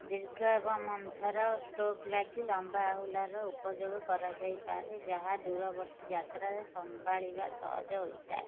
ଦୀର୍ଘ ଏବଂ ମନ୍ଥର ଷ୍ଟ୍ରୋକ୍ ଲାଗି ଲମ୍ବା ଆହୁଲାର ଉପଯୋଗ କରାଯାଇପାରେ ଯାହା ଦୂରବର୍ତ୍ତୀ ଯାତ୍ରାରେ ସମ୍ଭାଳିବା ସହଜ ହୋଇଥାଏ